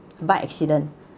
bike accident